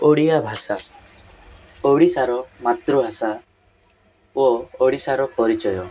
ଓଡ଼ିଆ ଭାଷା ଓଡ଼ିଶାର ମାତୃଭାଷା ଓ ଓଡ଼ିଶାର ପରିଚୟ